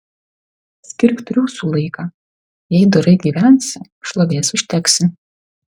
skirk triūsui laiką jei dorai gyvensi šlovės užteksi